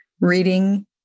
Reading